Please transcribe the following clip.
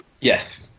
Yes